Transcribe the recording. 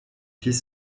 fils